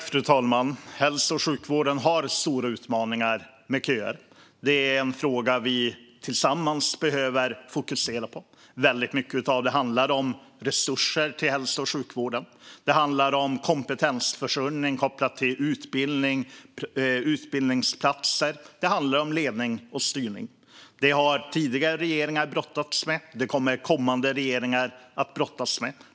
Fru talman! Hälso och sjukvården har stora utmaningar med köer. Det är en fråga vi tillsammans behöver fokusera på. Väldigt mycket handlar om resurser till hälso och sjukvården. Det handlar också om kompetensförsörjning kopplat till utbildning och utbildningsplatser och om ledning och styrning. Detta har tidigare regeringar brottats med, och det får kommande regeringar också brottas med.